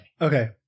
Okay